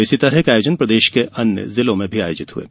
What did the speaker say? इसी तरह के आयोजन प्रदेश के अन्य जिलों में भी हुये